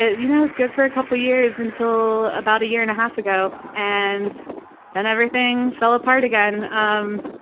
it you know was good for a couple years until about a year and a half ago. and then and everything fell apart again. um